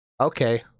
okay